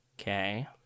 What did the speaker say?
Okay